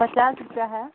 पचास रुपये है